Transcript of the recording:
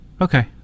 Okay